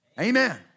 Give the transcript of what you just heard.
Amen